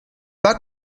pas